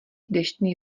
deštný